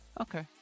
Okay